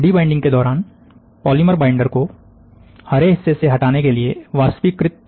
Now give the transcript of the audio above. debinding के दौरान polymer binder को हरे हिस्से से हटाने के लिए वाष्पीकृत किया जाता है